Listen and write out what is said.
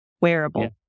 wearable